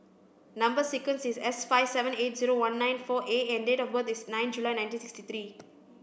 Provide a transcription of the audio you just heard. number sequence is S five seven eight zero one nine four A and date of birth is nine July nineteen sixty three